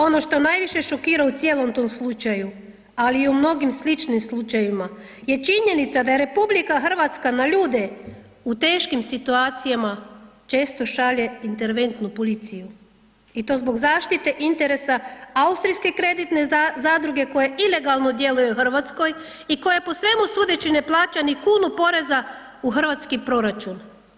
Ono što najviše šokira u cijelom tom slučaju, ali i u mnogim sličnim slučajevima je činjenica da je RH na ljude u teškim situacijama često šalje interventnu policiju i to zbog zaštite interesa austrijske kreditne zadruge koja ilegalno djeluje u Hrvatskoj i koja po svemu sudeći ne plaća ni kunu poreza u hrvatski proračun.